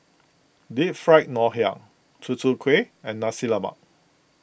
Deep Fried Ngoh Hiang Tutu Kueh and Nasi Lemak